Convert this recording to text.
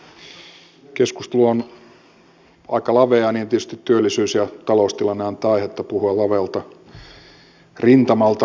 keskustelu on aika laveaa ja tietysti työllisyys ja taloustilanne antaa aihetta puhua lavealta rintamalta asioista